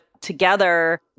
together